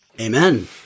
Amen